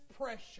pressure